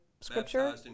scripture